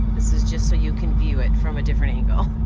this is just so you can view it from a different angle.